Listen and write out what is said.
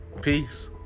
Peace